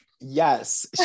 Yes